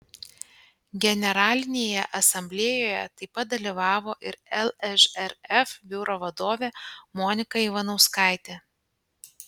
generalinėje asamblėjoje taip pat dalyvavo ir lžrf biuro vadovė monika ivanauskaitė